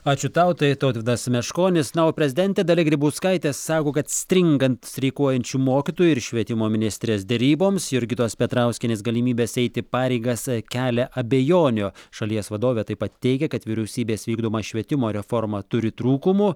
ačiū tau tai tautvydas meškonis na o prezidentė dalia grybauskaitė sako kad stringant streikuojančių mokytojų ir švietimo ministrės deryboms jurgitos petrauskienės galimybės eiti pareigas kelia abejonių šalies vadovė taip pat teigia kad vyriausybės vykdoma švietimo reforma turi trūkumų